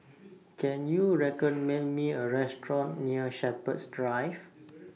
Can YOU recommend Me A Restaurant near Shepherds Drive